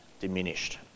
diminished